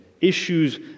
issues